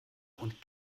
und